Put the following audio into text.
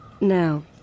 now